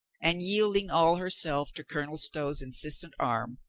and, yielding all herself to colonel stow's insistent arm,